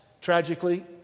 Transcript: Tragically